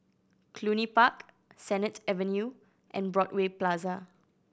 Cluny Park Sennett Avenue and Broadway Plaza